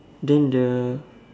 then the